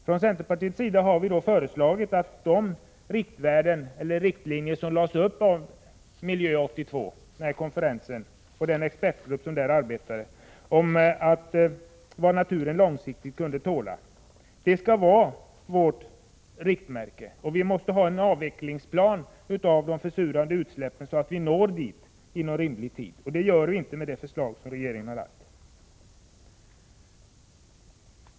Från centerpartiets sida har vi föreslagit att de riktlinjer som drogs upp av konferensen Miljö 82, och den expertgrupp som där arbetade, när det gäller vad naturen långsiktigt kunde tåla, skall vara riktmärket. Vi måste ha en avvecklingsplan för de försurande utsläppen, så att vi når dit inom rimlig tid. Det gör vi inte med det förslag som regeringen har lagt.